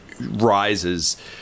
rises